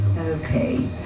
Okay